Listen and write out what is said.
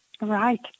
Right